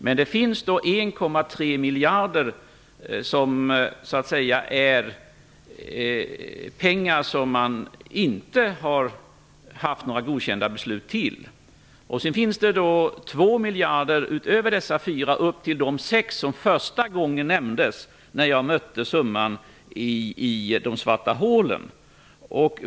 Men det rör sig om 1,3 miljarder som har använts utan att det har funnits några godkända beslut bakom. Sedan finns det 2 miljarder utöver dessa 4 miljarder upp till de 6 miljarder som första gången nämndes när jag mötte summan i de svarta hålen.